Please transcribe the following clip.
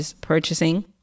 purchasing